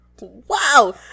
Wow